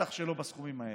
ובטח שלא בסכומים האלה,